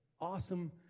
awesome